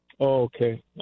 Okay